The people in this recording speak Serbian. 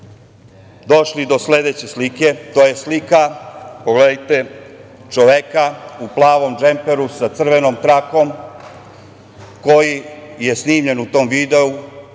došli do sledeće slike, to je slika, pogledajte čoveka u plavom džemperu sa crvenom trakom koji je snimljen u tom videu.